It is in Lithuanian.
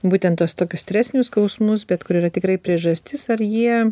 būtent tuos tokius stresinius skausmus bet kur yra tikrai priežastis ar jie